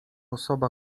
osoba